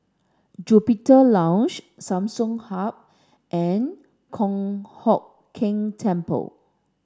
Juniper Lodge Samsung Hub and Kong Hock Keng Temple